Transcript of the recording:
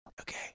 okay